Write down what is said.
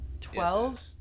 twelve